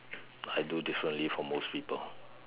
I do differently from most people